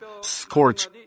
scorch